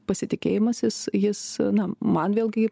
pasitikėjimas jis jis na man vėlgi